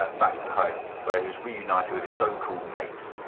but back to home, where he was reunited with his so-called mates.